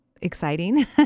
exciting